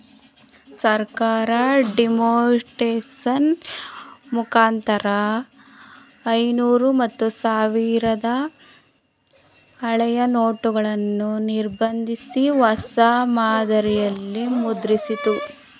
ಸರ್ಕಾರ ಡಿಮಾನಿಟೈಸೇಷನ್ ಮುಖಾಂತರ ಐನೂರು ಮತ್ತು ಸಾವಿರದ ಹಳೆಯ ನೋಟುಗಳನ್ನು ನಿರ್ಬಂಧಿಸಿ, ಹೊಸ ಮಾದರಿಯಲ್ಲಿ ಮುದ್ರಿಸಿತ್ತು